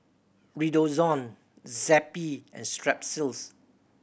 Redoxon Zappy and Strepsils